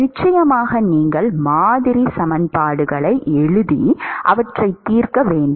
நிச்சயமாக நீங்கள் மாதிரி சமன்பாடுகளை எழுதி அவற்றைத் தீர்க்க வேண்டும்